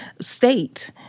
state